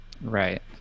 Right